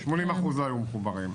80% לא היו מחוברים.